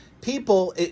people